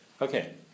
Okay